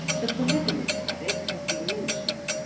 the polygamous habit has been mentioned.